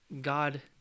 God